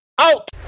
Out